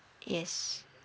yes